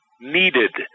needed